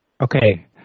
Okay